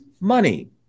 money